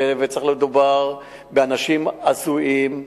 מדובר באנשים הזויים,